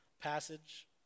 passage